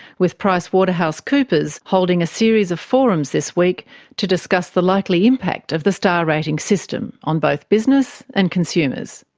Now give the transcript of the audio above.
with pricewaterhousecoopers holding a series of forums this week to discuss the likely impact of the star-rating system on both business and consumers.